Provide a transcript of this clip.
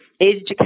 education